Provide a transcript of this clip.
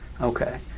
Okay